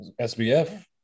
SBF